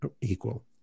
equal